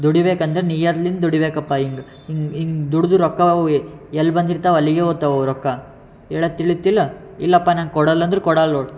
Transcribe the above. ದುಡಿಬೇಕಂದ್ರೆ ನಿಯತ್ಲಿಂದ ದುಡಿಬೇಕಪ್ಪ ಹಿಂಗೆ ಹಿಂಗೆ ಹಿಂಗೆ ದುಡ್ದು ರೊಕ್ಕ ಅವು ಎಲ್ಲ ಬಂದಿರ್ತಾವೆ ಅಲ್ಲಿಗೆ ಹೋಗ್ತಾವು ರೊಕ್ಕ ಹೇಳೋದು ತಿಳಿತಿಲ್ಲ ಇಲ್ಲಪ್ಪ ನಾನು ಕೊಡೋಲ್ಲ ಅಂದ್ರೆ ಕೊಡಲ್ಲ ನೋಡು